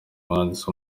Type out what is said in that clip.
umwanditsi